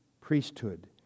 priesthood